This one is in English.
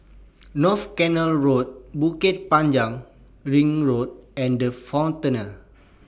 North Canal Road Bukit Panjang Ring Road and The Frontier